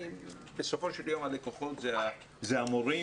בסופו של יום הלקוחות הם המורים,